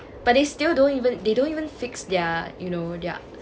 but they still don't even they don't even fix their you know their